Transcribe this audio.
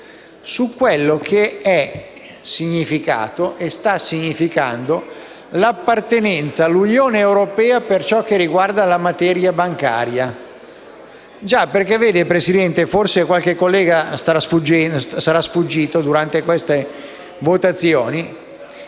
su quello che ha significato e sta significando l'appartenenza all'Unione europea per quanto riguarda la materia bancaria. Signora Presidente, forse a qualche collega sarà sfuggito, durante queste votazioni,